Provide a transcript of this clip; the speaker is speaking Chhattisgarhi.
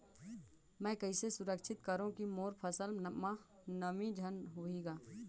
मैं कइसे सुरक्षित करो की मोर फसल म नमी झन होही ग?